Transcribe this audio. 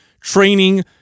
training